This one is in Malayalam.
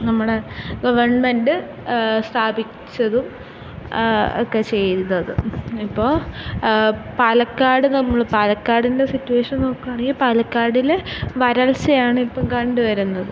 നമ്മുടെ ഗവൺമെൻറ്റ് സ്ഥാപിച്ചതും ഒക്കെ ചെയ്തത് ഇപ്പോൾ പാലക്കാട് നമ്മള് പാലക്കാടിൻ്റെ സിറ്റുവേഷൻ നോക്കുകയാണെങ്കിൽ പാലക്കാടില് വരൾച്ചയാണിപ്പം കണ്ട് വരുന്നത്